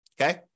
Okay